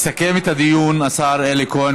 יסכם את הדיון השר אלי כהן.